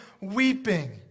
weeping